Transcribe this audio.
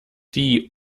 die